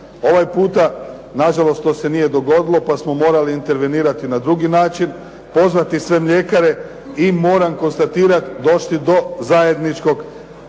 Ovaj puta nažalost to se nije dogodilo pa smo morali intervenirati na drugi način, pozvati sve mljekare i moram konstatirat, došli do zajedničkog dogovora